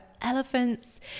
elephants